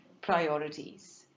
priorities